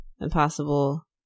impossible